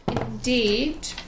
Indeed